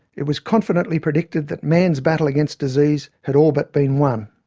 it was confidently predicted that man's battle against disease had all but been won.